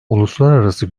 uluslararası